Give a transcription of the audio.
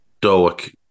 Doak